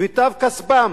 ומיטב כספם,